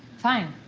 fine.